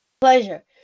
Pleasure